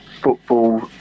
football